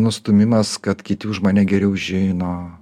nustūmimas kad kiti už mane geriau žino